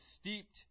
steeped